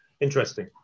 interesting